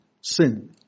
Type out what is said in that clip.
Sin